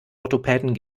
orthopäden